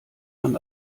man